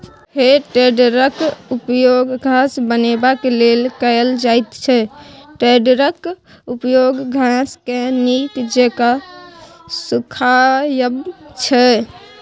हे टेडरक उपयोग घास बनेबाक लेल कएल जाइत छै टेडरक उपयोग घासकेँ नीक जेका सुखायब छै